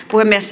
puhemies